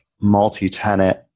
multi-tenant